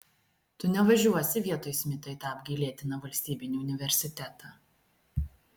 tu nevažiuosi vietoj smito į tą apgailėtiną valstybinį universitetą